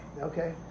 okay